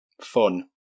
fun